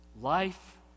Life